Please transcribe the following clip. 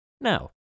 Now